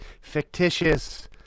fictitious